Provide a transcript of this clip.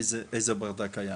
איזה ברדק היה,